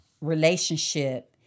relationship